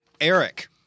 Eric